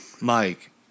Mike